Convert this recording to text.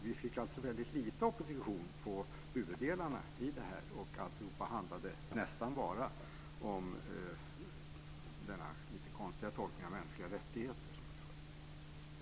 Vi fick väldigt lite opposition på huvuddelarna i detta, och nästan alltihop handlade bara om denna lite konstiga tolkning av mänskliga rättigheter som vi hörde.